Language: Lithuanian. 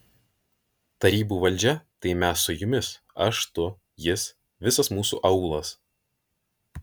tarybų valdžia tai mes su jumis aš tu jis visas mūsų aūlas